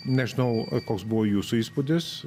nežinau koks buvo jūsų įspūdis